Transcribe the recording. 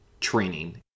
training